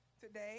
today